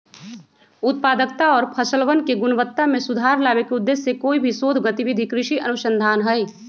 उत्पादकता और फसलवन के गुणवत्ता में सुधार लावे के उद्देश्य से कोई भी शोध गतिविधि कृषि अनुसंधान हई